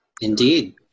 Indeed